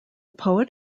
poet